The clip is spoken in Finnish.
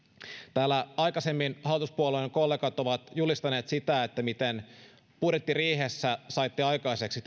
täällä aikaisemmin hallituspuolueiden kollegat ovat julistaneet sitä miten budjettiriihessä saitte aikaiseksi